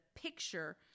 picture